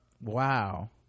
wow